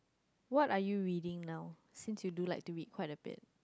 what are you reading now since you do like to read quite a bit